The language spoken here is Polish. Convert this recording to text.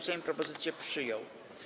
Sejm propozycję przyjął.